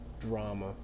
drama